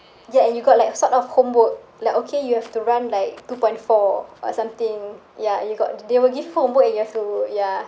ya and you got like sort of homework like okay you have to run like two point four or something ya and you got they will give you homework and you have to ya